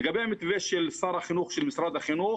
לגבי המתווה של משרד החינוך.